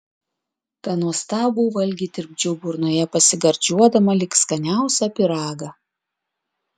tą nuostabų valgį tirpdžiau burnoje pasigardžiuodama lyg skaniausią pyragą